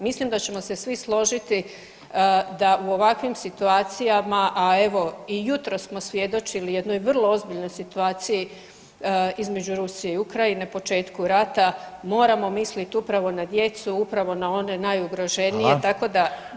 Mislim da ćemo se svi složiti da u ovakvim situacijama, a evo i jutros smo svjedočili jednoj vrlo ozbiljnoj situaciji između Rusije i Ukrajine, početku rata, moramo misliti upravo na djecu, upravo na one najugroženije, tako da